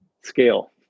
scale